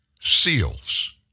SEALs